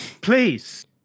Please